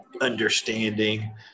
understanding